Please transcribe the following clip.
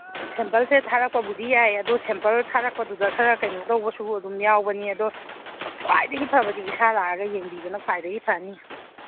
ꯁꯦꯝꯄꯜꯁꯦ ꯊꯥꯔꯛꯄꯕꯨꯗꯤ ꯌꯥꯏ ꯑꯗꯣ ꯁꯦꯝꯄꯜ ꯊꯥꯔꯛꯄꯗꯨꯗ ꯈꯔ ꯀꯩꯅꯣ ꯇꯧꯕꯁꯨ ꯑꯗꯨꯝ ꯌꯥꯎꯕꯅꯤ ꯑꯗꯣ ꯈ꯭ꯋꯥꯏꯗꯒꯤ ꯐꯕꯗꯤ ꯏꯁꯥ ꯂꯥꯛꯑꯒ ꯌꯦꯡꯕꯤꯕꯅ ꯈ꯭ꯋꯥꯏꯗꯒꯤ ꯐꯅꯤ